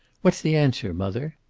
what's the answer, mother?